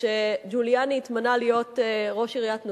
כשג'וליאני התמנה להיות ראש עיריית ניו-יורק,